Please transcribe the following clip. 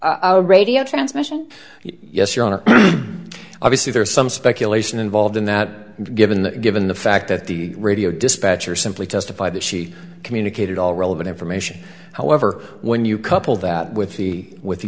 from radio transmission yes your honor obviously there is some speculation involved in that given that given the fact that the radio dispatcher simply testified that she communicated all relevant information however when you couple that with the with the